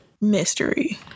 Mystery